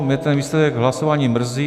Mě ten výsledek hlasování mrzí.